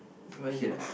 where is it ah